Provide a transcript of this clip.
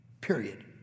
Period